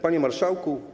Panie Marszałku!